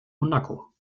monaco